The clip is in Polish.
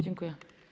Dziękuję.